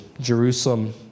Jerusalem